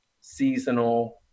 seasonal